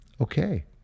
Okay